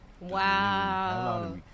wow